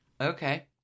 Okay